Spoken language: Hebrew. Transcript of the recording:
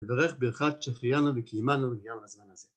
‫בדרך ברכת שהחיינו וקיימנו ‫לגיע לזמן הזה.